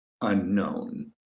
unknown